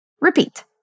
Repeat